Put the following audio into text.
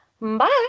Bye